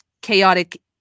chaotic